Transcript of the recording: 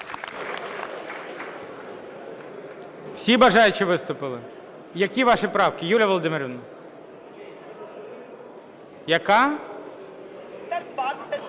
Всі бажаючі виступили? Які ваші правки, Юлія Володимирівна? Яка? 322-а,